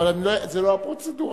עכשיו, כן.